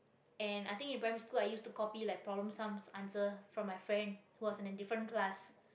and I think in primary school I use to copy like problem sums answer from my friend who was in a different class